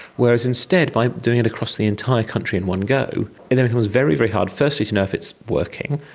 whereas instead by doing it across the entire country in one go, it then becomes very, very hard firstly to know if it's working,